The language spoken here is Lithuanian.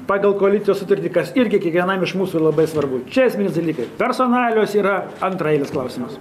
pagal koalicijos sutartį kas irgi kiekvienam iš mūsų labai svarbu čia esminis dalykai personalijos yra antraeilis klausimas